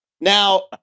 now